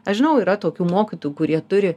aš žinau yra tokių mokytojų kurie turi